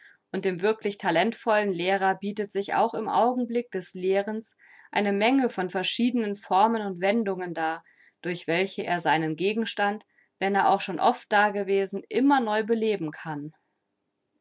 und dem wirklich talentvollen lehrer bietet sich auch im augenblick des lehrens eine menge von verschiedenen formen und wendungen dar durch welche er seinen gegenstand wenn er auch schon oft dagewesen immer neu beleben kann